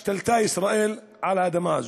השתלטה ישראל על האדמה הזו,